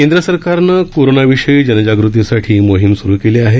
केंद्र सरकारनं कोरोनाविषयी जागृतीसाठी मोहीम सुरु केली आहे